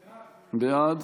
בעד.